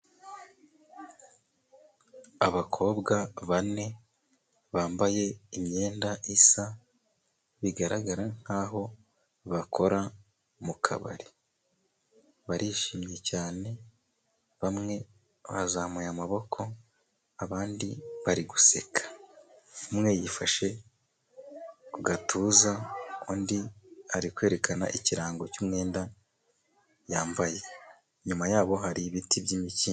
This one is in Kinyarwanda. Abakobwa bane bambaye imyenda isa bigaragara nkaho bakora mu kabari, barishimye cyane bamwe bazamuye amaboko abandi bari guseka ,umwe yifashe ku gatuza undi ari kwerekana ikirango cyumwenda yambaye inyuma yabo hari ibiti by'imikindo.